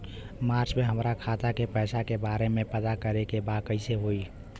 मार्च में हमरा खाता के पैसा के बारे में पता करे के बा कइसे होई?